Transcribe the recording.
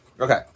Okay